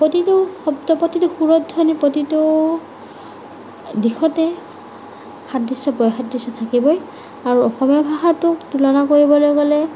প্ৰতিটো শব্দ প্ৰতিটো সুৰধ্বনি প্ৰতিটো দিশতে সাদৃশ্য বৈসাদৃশ্য থাকিবই আৰু অসমীয়া ভাষাটোক তুলনা কৰিবলৈ গ'লে